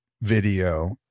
video